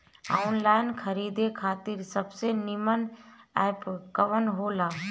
Online खरीदे खातिर सबसे नीमन एप कवन हो ला?